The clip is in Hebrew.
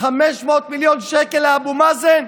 500 מיליון שקל לאבו מאזן,